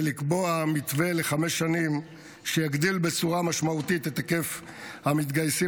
ולקבוע מתווה לחמש שנים שיגדיל בצורה משמעותית את היקף המתגייסים